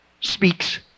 speaks